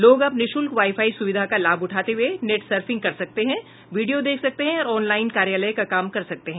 लोग अब निःशुल्क वाई फाई सुविधा का लाभ उठाते हुए नेट सर्फिंग कर सकते हैं वीडियो देख सकते हैं और ऑन लाइन कार्यालय का काम कर सकते हैं